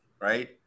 right